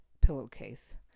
pillowcase